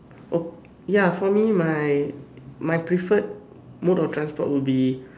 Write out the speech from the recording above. oh ya for me my my preferred mode of transport will be